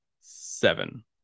seven